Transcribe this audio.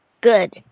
good